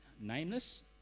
nameless